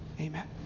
Amen